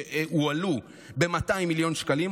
שהועלו ב-200 מיליון שקלים,